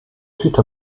suite